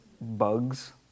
bugs